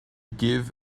give